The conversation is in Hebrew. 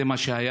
זה מה שהיה,